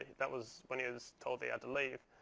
that was when he was told he had to leave.